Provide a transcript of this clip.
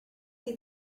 you